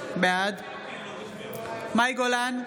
בעד מאי גולן,